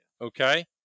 Okay